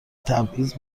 تبعیض